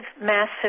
massive